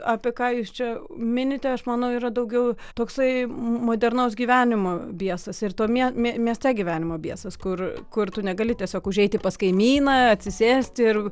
apie ką jūs čia minite aš manau yra daugiau toksai modernaus gyvenimo biesas ir to mie mieste gyvenimo biesas kur kur tu negali tiesiog užeiti pas kaimyną atsisėsti ir